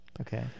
Okay